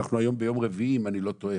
אנחנו היום ביום רביעי, אם אני לא טועה.